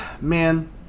Man